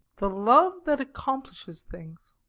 the love that accomplishes things